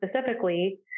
specifically